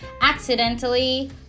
accidentally